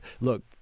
look